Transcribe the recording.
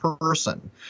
person